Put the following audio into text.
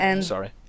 sorry